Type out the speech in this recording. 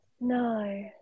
No